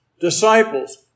Disciples